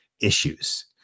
issues